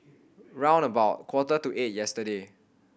round about quarter to eight yesterday